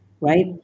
right